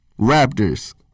Raptors